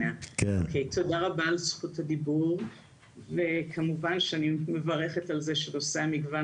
תודה רבה על זכות הדיבור וכמובן שאני מברכת על זה שנושא המגוון